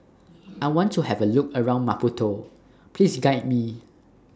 I want to Have A Look around Maputo Please Guide Me